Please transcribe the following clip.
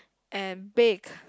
and bake